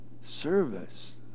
service